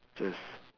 just